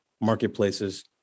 marketplaces